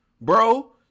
Bro